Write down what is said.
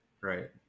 Right